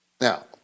Now